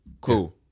Cool